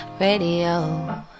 radio